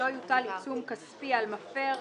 לא יוטל עיצום כספי על מפר,